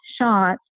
shots